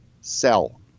sell